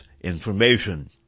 information